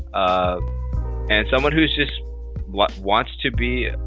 ah and someone who is just what wants to be